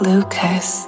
Lucas